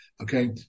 Okay